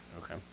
Okay